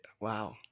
Wow